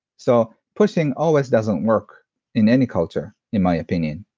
so, pushing always doesn't work in any culture, in my opinion.